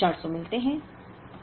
इसलिए आपको 400 मिलते हैं